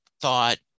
thought